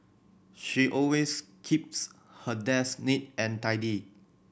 she always keeps her desk neat and tidy